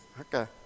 Okay